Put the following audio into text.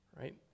right